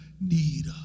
need